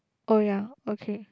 oh ya okay